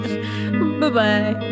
Bye-bye